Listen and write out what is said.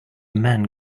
man